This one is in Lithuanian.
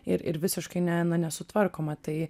ir ir visiškai ne na nesutvarkoma tai